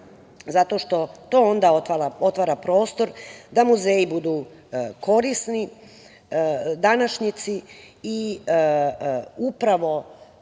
zato što to onda otvara prostor da muzeji budu korisni današnjici i upravo